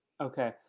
Okay